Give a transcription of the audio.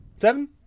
Seven